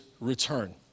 return